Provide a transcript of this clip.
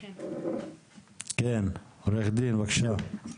כן, בבקשה.